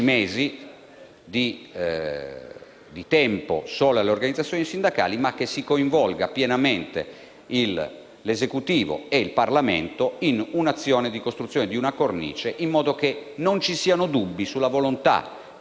mesi di tempo solo alle organizzazioni sindacali, ma che si coinvolgano pienamente l'Esecutivo e il Parlamento nell'azione di costruzione di una cornice, in modo che non ci siano dubbi sulla volontà, da parte del Parlamento,